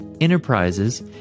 enterprises